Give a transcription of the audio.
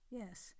yes